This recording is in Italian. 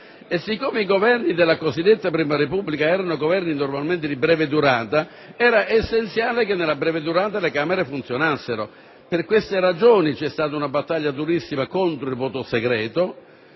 Poiché i Governi della cosiddetta Prima Repubblica erano normalmente di breve durata, era essenziale che nella breve durata le Camere funzionassero. Per tali ragioni, c'è stata una battaglia durissima contro il voto segreto,